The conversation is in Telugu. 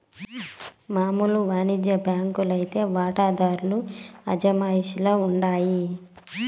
మామూలు వానిజ్య బాంకీ లైతే వాటాదార్ల అజమాయిషీల ఉండాయి